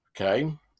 Okay